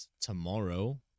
tomorrow